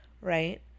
right